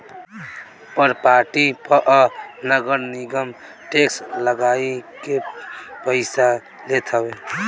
property पअ नगरनिगम tax लगाइ के पईसा लेत हवे